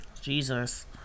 Jesus